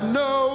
no